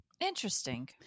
Interesting